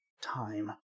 time